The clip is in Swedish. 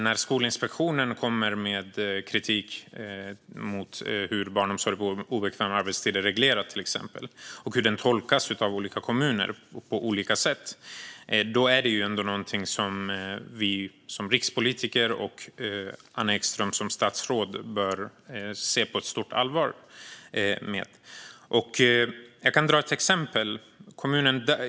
När Skolinspektionen kommer med kritik av hur barnomsorg på obekväm arbetstid är reglerad och hur regelverket om detta tolkas olika i kommunerna är det något som vi som rikspolitiker och Anna Ekström som statsråd bör ta på stort allvar. Jag kan ta ett exempel.